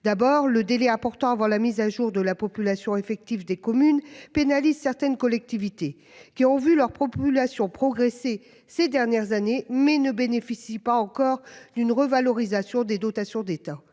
D'abord le délai important avant la mise à jour de la population effectif des communes pénalise certaines collectivités qui ont vu leur population progresser ces dernières années mais ne bénéficient pas encore d'une revalorisation des dotations d'État